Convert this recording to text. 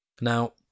now